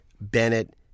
Bennett